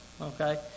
okay